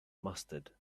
mustard